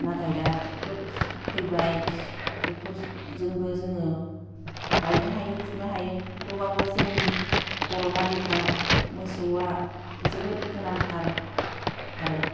नाथाय दा ट्रेक्टर फैबाय ट्रेक्टर जोंबो जोङो गायनो हायो फुनो हायो थेवबाबो जोंनि बर' हारिफ्रा मोसौआ जोबोद गोनांथार आरो